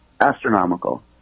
astronomical